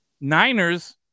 Niners